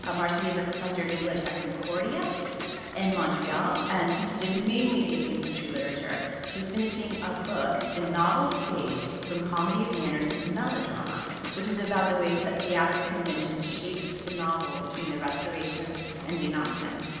ah marcie is a professor of english at concordia in and montreal and she teaches mainly eighteenth century literature. she's finishing a book, the novel stage from the comedy of manners to melodrama which is about the ways that theatrical conventions shaped the novel between the restoration and jane austen.